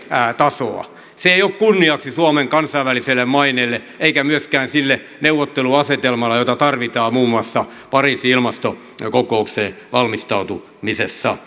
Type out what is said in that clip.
tasoa se ei ole kunniaksi suomen kansainväliselle maineelle eikä myöskään sille neuvotteluasetelmalle jota tarvitaan muun muassa pariisin ilmastokokoukseen valmistautumisessa